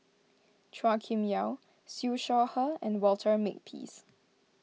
Chua Kim Yeow Siew Shaw Her and Walter Makepeace